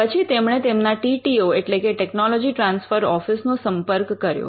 પછી તેમણે તેમના ટી ટી ઓ એટલે કે ટેકનોલોજી ટ્રાન્સફર ઓફિસ નો સંપર્ક કર્યો